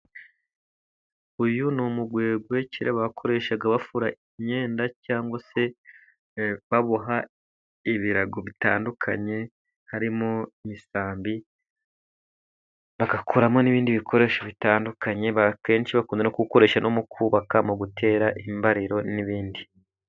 Uyu ni umugwegwe kera bakoreshaga bafura imyenda cyangwa se baboha ibirago bitandukanye harimo imisambi, bagakoramo n'ibindi bikoresho bitandukanyekenshi bakunda no kuwukoresha no mu kubaka mu gutera imbariro n'ibindi.